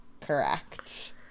correct